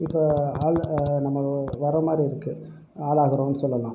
இப்போது நம்ம வர மாதிரி இருக்குது ஆளாகிறோன்னு சொல்லலாம்